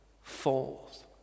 falls